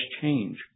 change